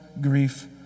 grief